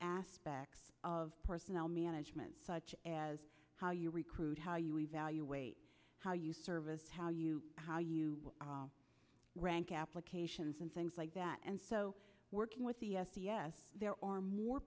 aspects of personnel management such as how you recruit how you evaluate how you service how you how you rank applications and things like that and so working with us there are more